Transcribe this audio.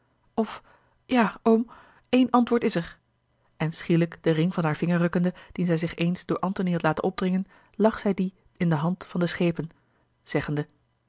of ja oom één antwoord is er en schielijk den ring van haar vinger rukkende dien zij zich eens door antony had laten opdringen lag zij dien in de hand van den schepen zeggende